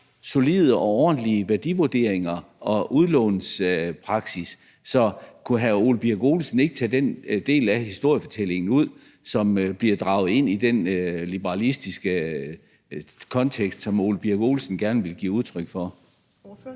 solide og ordentlige værdivurderinger og udlånspraksis. Så kunne hr. Ole Birk Olesen ikke tage den del af historiefortællingen ud, som bliver draget ind i den liberalistiske kontekst, som hr. Ole Birk Olesen gerne vil give udtryk for?